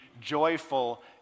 joyful